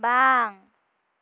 ᱵᱟᱝ